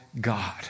God